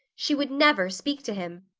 she would never speak to him!